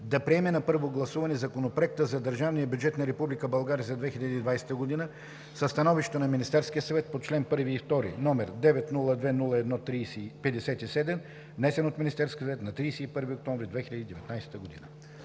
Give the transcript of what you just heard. да приеме на първо гласуване Законопроект за държавния бюджет на Република България за 2020 г. със становище на Министерския съвет по чл. 1 и 2, № 902-01-57, внесен от Министерския съвет на 31 октомври 2019 г.“